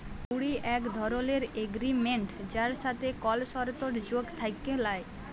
হুঁড়ি এক ধরলের এগরিমেনট যার সাথে কল সরতর্ যোগ থ্যাকে ল্যায়